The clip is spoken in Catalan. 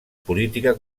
política